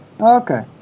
Okay